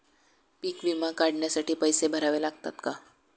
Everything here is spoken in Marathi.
पीक विमा काढण्यासाठी पैसे भरावे लागतात का?